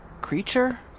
creature